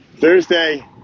Thursday